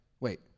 wait